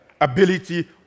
ability